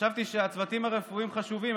חשבתי שהצוותים הרפואיים חשובים,